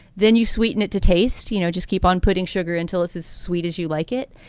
then you sweeten it to taste, you know, just keep on putting sugar until it's as sweet as you like it.